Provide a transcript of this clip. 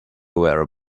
were